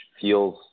feels